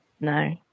No